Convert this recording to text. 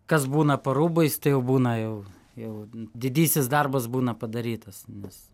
kas būna po rūbais tai jau būna jau jau didysis darbas būna padarytas nes